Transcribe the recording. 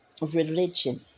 religion